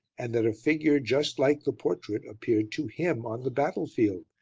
and that a figure, just like the portrait, appeared to him on the battlefield,